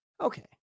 Okay